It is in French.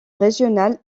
régional